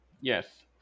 yes